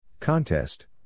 Contest